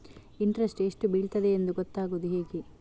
Interest ಎಷ್ಟು ಬೀಳ್ತದೆಯೆಂದು ಗೊತ್ತಾಗೂದು ಹೇಗೆ?